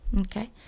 Okay